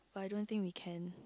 I don't think we can